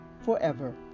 forever